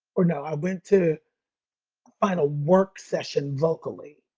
or no, i went to final work session vocally.